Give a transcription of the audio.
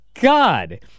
God